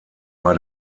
bei